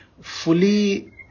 fully